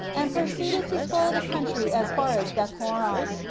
and proceeded to spoil the country as far as beth horon,